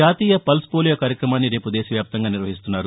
జాతీయ pulse polio కార్యక్రమాన్ని రేపు దేశ వ్యాప్తంగా నిర్వహిస్తున్నారు